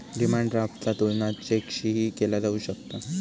demand ड्राफ्टचा तुलना चेकशीही केला जाऊ शकता